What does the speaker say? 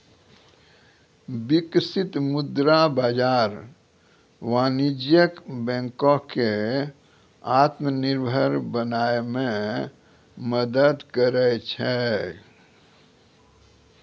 बिकसित मुद्रा बाजार वाणिज्यक बैंको क आत्मनिर्भर बनाय म मदद करै छै